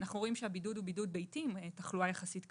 אנחנו רואים שהבידוד הוא בידוד ביתי עם תחלואה קלה יחסית.